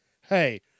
Hey